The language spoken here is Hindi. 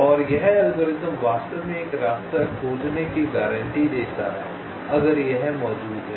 और यह एल्गोरिथ्म वास्तव में एक रास्ता खोजने की गारंटी देता है अगर यह मौजूद है